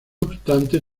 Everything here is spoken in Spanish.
obstante